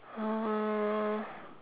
uh